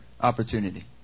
opportunity